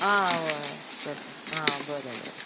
आं हय करता आं बरें बरें बरें